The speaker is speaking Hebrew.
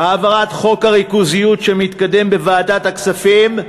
העברת חוק הריכוזיות, שמתקדם בוועדת הכספים,